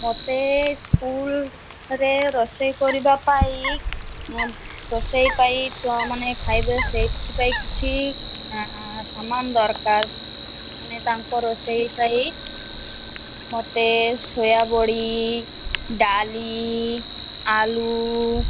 ମତେ ସ୍କୁଲରେ ରୋଷେଇ କରିବା ପାଇଁ ରୋଷେଇ ପାଇଁ ଛୁଆ ମାନେ ଖାଇବେ ସେଇଥି ପାଇଁ କିଛି ସାମାନ ଦରକାର ମାନେ ତାଙ୍କ ରୋଷେଇ ପାଇଁ ମତେ ସୋୟାବଡ଼ି ଡାଲି ଆଳୁ